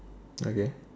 okay